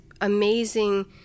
amazing